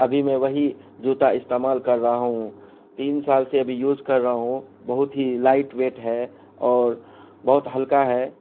ابھی میں وہی جوتا استعمال کر رہا ہوں تین سال سے ابھی یوز کر رہا ہوں بہت ہی لائٹ ویٹ ہے اور بہت ہلکا ہے